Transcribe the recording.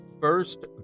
first